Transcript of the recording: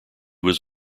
was